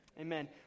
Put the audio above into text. Amen